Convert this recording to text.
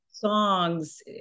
songs